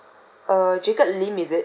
uh jacob lim is it